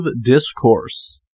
discourse